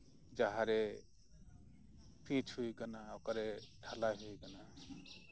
ᱡᱟᱸᱦᱟᱨᱮ ᱯᱤᱪ ᱦᱩᱭ ᱟᱠᱟᱱᱟ ᱚᱠᱟᱨᱮ ᱰᱷᱟᱹᱞᱟᱹᱭ ᱦᱩᱭ ᱟᱠᱟᱱᱟ